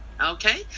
Okay